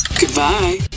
Goodbye